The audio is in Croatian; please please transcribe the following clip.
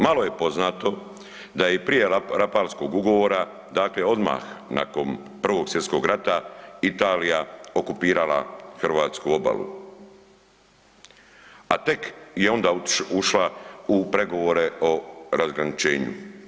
Malo je poznato da je i prije Rapalskog ugovora, dakle odmah nakon I. svjetskog rata Italija okupirala hrvatsku obalu, a tek je onda ušla u pregovore o razgraničenju.